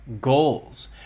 goals